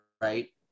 right